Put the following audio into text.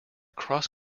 cross